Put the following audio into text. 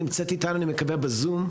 שנמצאת איתנו בזום אני מקווה,